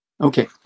Okay